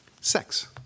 Sex